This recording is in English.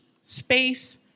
space